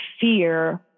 fear